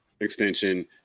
extension